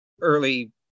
early